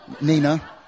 Nina